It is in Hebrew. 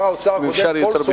אם אפשר יותר בשקט.